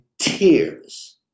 tears